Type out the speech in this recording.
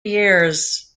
years